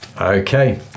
Okay